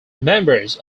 members